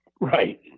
Right